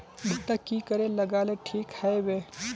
भुट्टा की करे लगा ले ठिक है बय?